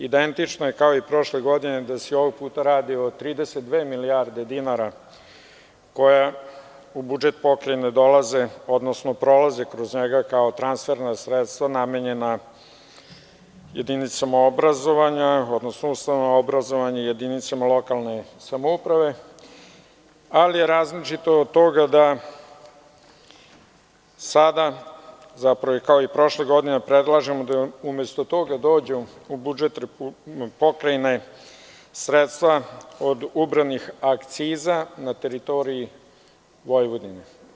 Identično je kao i prošle godine, i ovog puta se radi o 32 milijarde dinara koje u budžet AP dolaze, odnosno prolaze kroz njega kao transferna sredstva namenjena jedinicama obrazovanja, odnosno ustanovama obrazovanja, jedinicama lokalne samouprave, ali je različito od toga da sada, zapravo kao i prošle godine, predlažemo da umesto toga dođu u budžet AP sredstva od ubranih akciza na teritoriji Vojvodine.